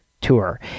tour